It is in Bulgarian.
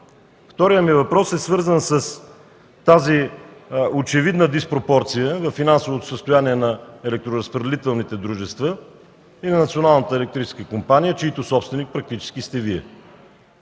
Вторият ми въпрос е свързан с тази очевидна диспропорция във финансовото състояние на електроразпределителните дружества и на Националната електрическа компания, чийто собственик практически сте Вие.